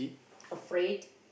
afraid